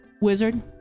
Wizard